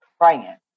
praying